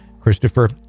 Christopher